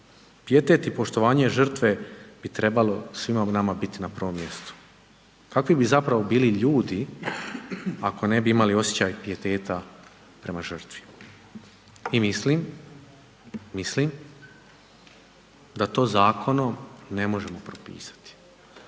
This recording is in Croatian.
Pijetet i poštovanje žrtve bi trebalo svima nama biti na prvom mjestu. Kakvi bi zapravo bili ljudi ako ne bi imali osjećaj pijeteta prema žrtvi i mislim, mislim da to zakonom ne možemo propisati.